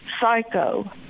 Psycho